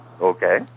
Okay